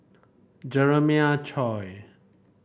Jeremiah Choy